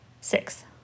Six